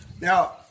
Now